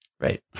right